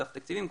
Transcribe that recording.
אגף התקציבים,